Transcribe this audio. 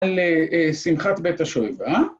‫על שמחת בית השואיבה.